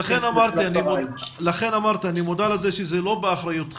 לכן אמרתי שאני מודע לזה שזה לא באחריותכם,